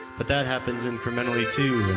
but that happens incrementally too,